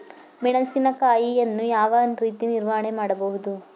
ಮೆಣಸಿನಕಾಯಿಯನ್ನು ಯಾವ ರೀತಿ ನಿರ್ವಹಣೆ ಮಾಡಬಹುದು?